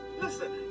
Listen